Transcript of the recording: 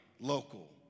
local